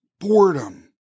Boredom